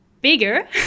bigger